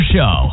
Show